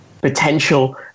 potential